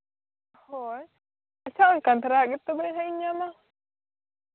ᱦᱳᱭ ᱟᱪᱪᱷᱟ ᱚᱱᱠᱟᱱ ᱫᱷᱟᱨᱟ ᱟᱜ ᱜᱮᱛᱚ ᱛᱚᱵᱮ ᱦᱟᱸᱜ ᱤᱧ ᱧᱮᱞᱟ